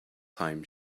time